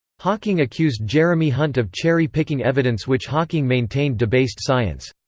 hawking accused jeremy hunt of cherry picking evidence which hawking maintained debased science.